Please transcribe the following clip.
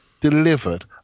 delivered